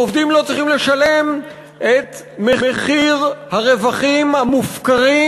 העובדים לא צריכים לשלם את מחיר הרווחים המופקרים